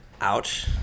Ouch